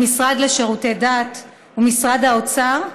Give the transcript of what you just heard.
המשרד לשירותי דת ומשרד האוצר,